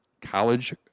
college